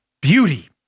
beauty